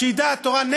שהיא דעת תורה,